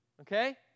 Okay